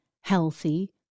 healthy